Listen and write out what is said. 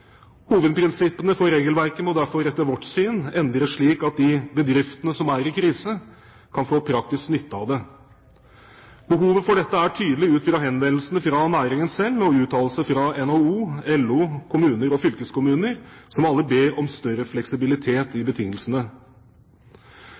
Hovedprinsippene for regelverket må derfor etter vårt syn endres slik at de bedriftene som er i krise, kan få praktisk nytte av det. Behovet for dette er tydelig ut fra henvendelsene fra næringen selv og uttalelser fra NHO, LO, kommuner og fylkeskommuner, som alle ber om større fleksibilitet i